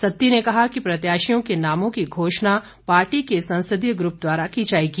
सत्ती ने कहा कि प्रत्याशियों के नामों की घोषणा पार्टी के संसदीय ग्रप द्वारा की जाएगी